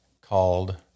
called